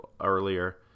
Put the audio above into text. earlier